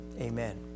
Amen